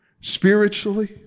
spiritually